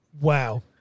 wow